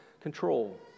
control